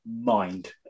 mind